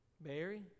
Barry